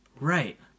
Right